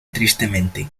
tristemente